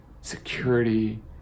security